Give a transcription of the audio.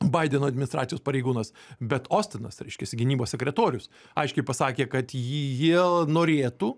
baideno administracijos pareigūnas bet ostinas reiškiasi gynybos sekretorius aiškiai pasakė kad jį jie norėtų